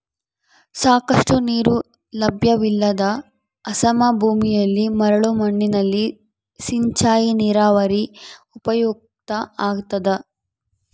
ಸಾಕಷ್ಟು ನೀರು ಲಭ್ಯವಿಲ್ಲದ ಅಸಮ ಭೂಮಿಯಲ್ಲಿ ಮರಳು ಮಣ್ಣಿನಲ್ಲಿ ಸಿಂಚಾಯಿ ನೀರಾವರಿ ಉಪಯುಕ್ತ ಆಗ್ತದ